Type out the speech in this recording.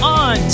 on